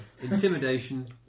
intimidation